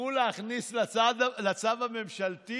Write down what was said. שכחו להכניס לצו הממשלתי